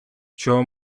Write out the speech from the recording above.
чого